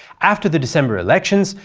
after the december elections,